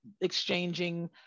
exchanging